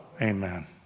Amen